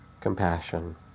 compassion